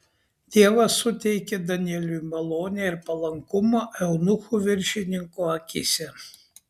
dievas suteikė danieliui malonę ir palankumą eunuchų viršininko akyse